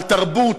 על תרבות,